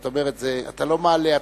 אתה לא מעלה.